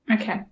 Okay